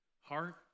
Heart